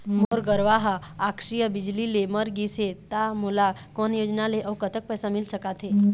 मोर गरवा हा आकसीय बिजली ले मर गिस हे था मोला कोन योजना ले अऊ कतक पैसा मिल सका थे?